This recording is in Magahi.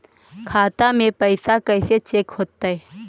खाता में पैसा कैसे चेक हो तै?